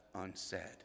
unsaid